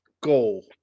goal